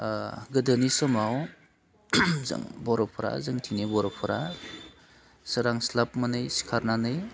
गोदोनि समाव जों बर'फोरा जोंनिथिंनि बर'फोरा सोरांस्लाबमोनै सिखारनानै